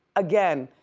again,